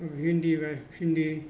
भिनदि